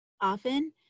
often